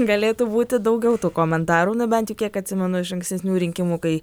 galėtų būti daugiau tų komentarų na bent jau kiek atsimenu iš ankstesnių rinkimų kai